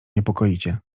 niepokoicie